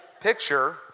picture